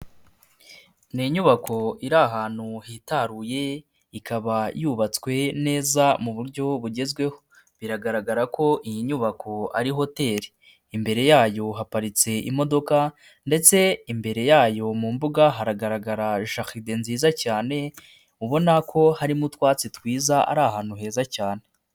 Ni inyubako iri ahantu hitaruye, ikaba yubatswe neza mu buryo bugezweho, biragaragara ko iyi nyubako ari hoteli, imbere yayo haparitse imodoka ndetse imbere yayo mu mbuga haragaragara jaride nziza cyane, ubona ko harimo utwatsi twiza, ari ahantu heza cyane.